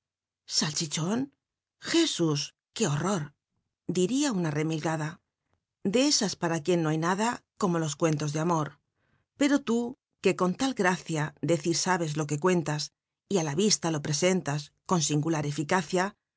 c ué horror diría una remilgada biblioteca nacional de españa de esas para quien no hay nada como los cuen to de amor pero tú que con tal gracia decir sabes lo c uc cuentas y á la yista lo presentas con singular eficacia